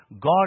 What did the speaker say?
God